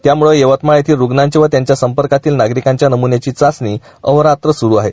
त्याम्ळे यवतमाळ येथील रुग्णांचे व त्यांच्या संपर्कातील नागरिकांच्या नम्न्यांची चाचणी अहोरात्र येथे स्रु आहे